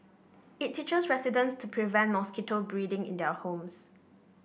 it teaches residents to prevent mosquito breeding in their homes